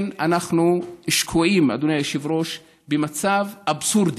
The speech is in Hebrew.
אנחנו שקועים, אדוני היושב-ראש, במצב אבסורדי,